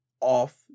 off